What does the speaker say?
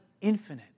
infinite